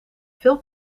veel